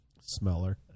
smeller